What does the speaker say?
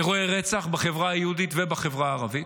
אירועי רצח בחברה היהודית ובחברה הערבית,